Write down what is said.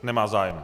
Nemá zájem.